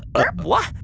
burp what?